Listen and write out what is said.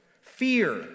Fear